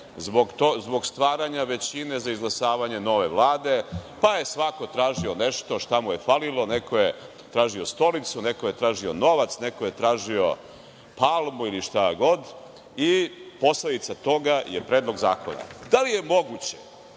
zbog stvaranja većine za izglasavanje nove Vlade, pa je svako tražio nešto šta mu je falilo, neko je tražio stolicu, neko je tražio novac, neko je tražio palmu, ili šta god, i posledica toga je Predlog zakonaDa li je moguće